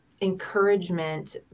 encouragement